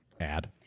add